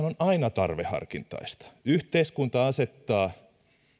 on aina tarveharkintaista yhteiskunta asettaa